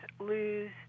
lose